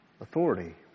authority